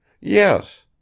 Yes